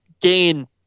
gain